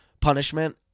punishment